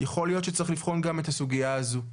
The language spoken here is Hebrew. יכול להיות שצריך לבחון גם את הסוגיה הזו.